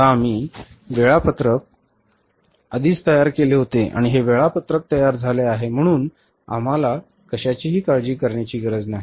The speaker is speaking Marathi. आता आम्ही वेळापत्रक आधीच तयार केले होते आणि हे वेळापत्रक तयार झाले आहे म्हणून आपल्याला कशाचीही काळजी करण्याची गरज नाही